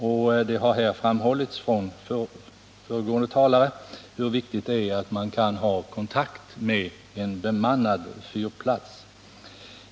Det har av föregående talare framhållits hur viktigt det är att man kan ha kontakt med en bemannad fyrplats.